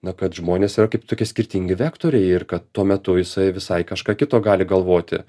na kad žmonės yra kaip tokie skirtingi vektoriai ir kad tuo metu jisai visai kažką kito gali galvoti